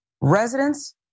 residents